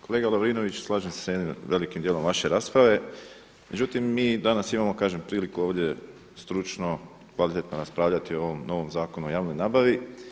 Kolega Lovrinović, slažem se sa jednim velikim dijelom vaše rasprave, međutim mi danas imamo priliku ovdje stručno, kvalitetno raspravljati o ovom novom Zakonu o javnoj nabavi.